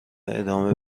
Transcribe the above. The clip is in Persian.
ادامه